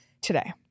today